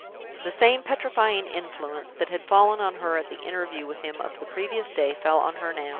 the same petrifying influence that had fallen on her at the interview with him of the previous day fell on her now.